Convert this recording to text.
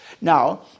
Now